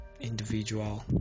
Individual